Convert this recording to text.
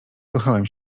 kochałem